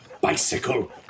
bicycle